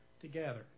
together